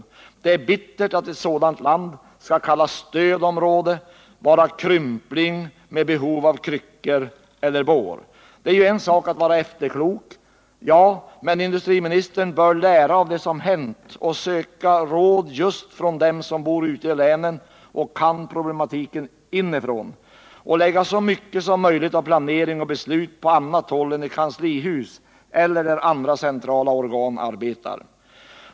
Det är bittert att ett sådant län skall kallas stödområde, vara krympling med behov av kryckor eller bår. Det är en sak att vara efterklok, men industriministern bör lära av det som hänt och söka råd från just dem som bor ute i länen och kan problematiken inifrån, och lägga så mycket som möjligt av planering och beslut på annat håll än i kanslihuset eller där andra centrala organ arbetar.